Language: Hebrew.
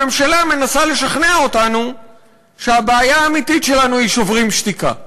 הממשלה מנסה לשכנע אותנו שהבעיה האמיתית שלנו היא "שוברים שתיקה".